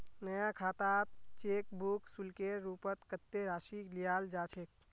नया खातात cheque book शुल्केर रूपत कत्ते राशि लियाल जा छेक